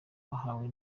bahawe